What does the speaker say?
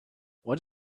what